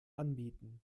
anbieten